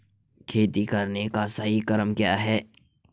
खेती करने का सही क्रम क्या है?